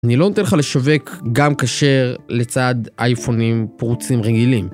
אני לא נותן לך לשווק גם כשר לצד אייפונים פרוצים רגילים.